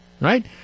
right